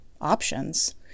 options